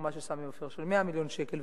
תרומה של סמי עופר של 100 מיליון שקל,